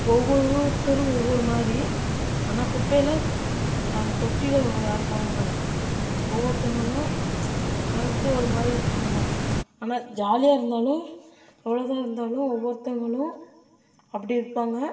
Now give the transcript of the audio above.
ஒவ்வொருத்தரும் ஒவ்வொரு மாதிரி ஆனால் குப்பையில் அந்த தொட்டியில யாரும் போட மாட்டாங்கள் ஒவ்வொருத்தவங்களும் அவங்கள்கிட்ட ஒருமாதிரி இருப்பாங்கள் ஆனால் ஜாலியாக இருந்தாலும் எவ்வளோ தான் இருந்தாலும் ஒவ்வொருத்தவங்களும் அப்படி இருப்பாங்கள்